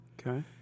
Okay